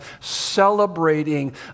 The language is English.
celebrating